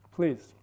Please